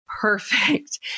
perfect